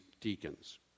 deacons